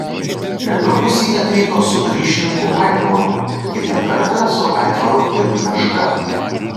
netrukus ji atvyko su ryšininku aitvaru kitą kartą su aitvaru ir meška